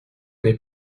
n’est